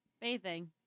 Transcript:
Bathing